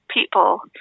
people